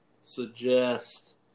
suggest